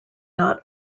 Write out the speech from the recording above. not